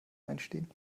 einstehen